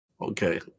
Okay